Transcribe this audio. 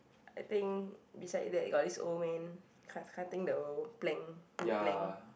I think beside that got this old man cutting the plank wood plank